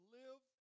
live